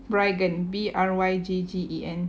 bryggen B R Y G G E N